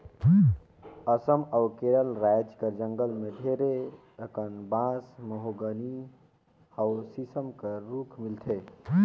असम अउ केरल राएज कर जंगल में ढेरे अकन बांस, महोगनी अउ सीसम कर रूख मिलथे